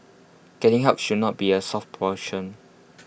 getting help should not be A soft option